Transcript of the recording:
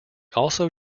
also